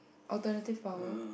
alternative power